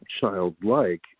childlike